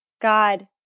God